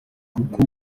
kuko